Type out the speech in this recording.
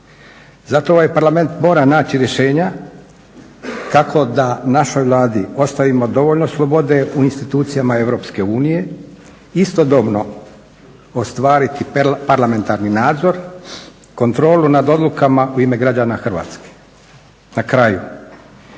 Zato ovaj Parlament mora naći rješenja kako da našoj Vladi ostavimo dovoljno slobode u institucijama EU, istodobno ostvariti parlamentarni nadzor kontrolu nad odlukama u ime građana Hrvatske. Na kraju,